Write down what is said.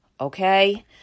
Okay